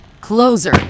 closer